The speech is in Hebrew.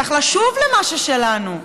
צריך לשוב למה ששלנו.